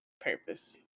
purpose